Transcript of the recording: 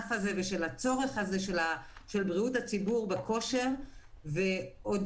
הענף הזה ועל הצורך בכושר בבריאות הציבור.